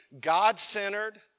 God-centered